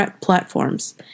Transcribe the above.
platforms